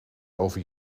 over